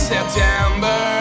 September